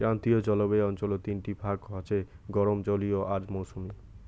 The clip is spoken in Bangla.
ক্রান্তীয় জলবায়ু অঞ্চলত তিনটি ভাগ হসে গরম, জলীয় আর মৌসুমী